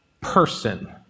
person